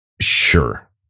Sure